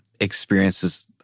experiences